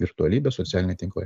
virtualybė socialiniai tinklai